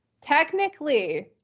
technically